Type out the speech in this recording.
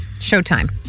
Showtime